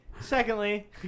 Secondly